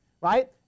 Right